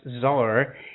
czar